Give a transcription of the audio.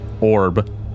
orb